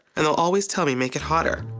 and they'll always tell me make it hotter.